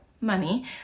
money